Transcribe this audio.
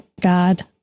God